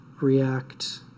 React